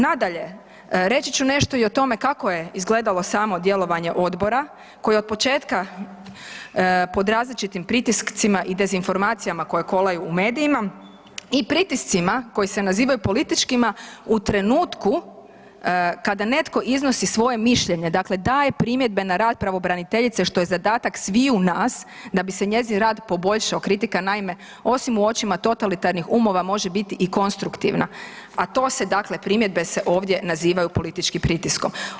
Nadalje, reći ću nešto i o tome kako je izgledalo samo djelovanje Odbora koje je od početka pod različitim pritiscima i dezinformacijama koje kolaju u medijima, i pritiscima koji se nazivaju političkima u trenutku kada netko iznosi svoje mišljenje, dakle daje primjedbe na rad pravobraniteljice što je zadatak sviju nas da bi se njezin rad poboljšao, kritika naime osim u očima totalitarnih umova, može biti i konstruktivna, a to se, dakle primjedbe se ovdje nazivaju političkim pritiskom.